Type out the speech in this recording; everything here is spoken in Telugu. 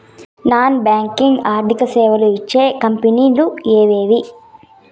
నాన్ బ్యాంకింగ్ ఆర్థిక సేవలు ఇచ్చే కంపెని లు ఎవేవి?